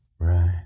right